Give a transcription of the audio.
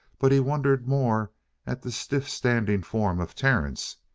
but he wondered more at the stiff-standing form of terence,